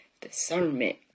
discernment